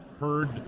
heard